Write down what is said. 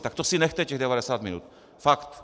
Tak to si nechte, těch 90 minut. Fakt.